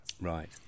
right